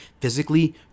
physically